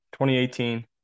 2018